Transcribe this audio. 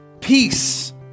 peace